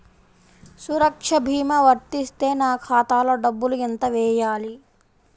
సురక్ష భీమా వర్తిస్తే నా ఖాతాలో డబ్బులు ఎంత వేయాలి?